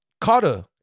Carter